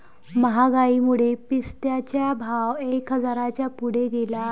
महागाईमुळे पिस्त्याचा भाव एक हजाराच्या पुढे गेला आहे